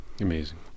Amazing